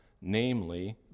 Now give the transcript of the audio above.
namely